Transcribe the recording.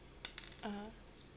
(uh huh)